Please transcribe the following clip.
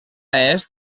est